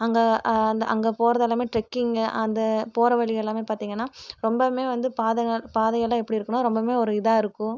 அங்கே அந்த அங்க போகிறதெல்லாமே ட்ரெக்கிங்கு அந்த போகிற வழியெல்லாமே பார்த்திங்கனா ரொம்பவுமே வந்து பாதைகள் பாதையெல்லாம் எப்படி இருக்கும்னால் ரொம்பவுமே ஒரு இதாக இருக்கும்